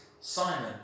Simon